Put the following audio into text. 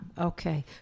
okay